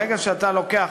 ברגע שאתה לוקח